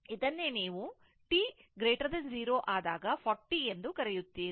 ಇದನ್ನೇ ನೀವು t0 ಆದಾಗ 40 ಎಂದು ಕರೆಯುತ್ತೀರಿ